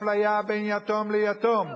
אפליה בין יתום ליתום.